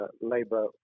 Labour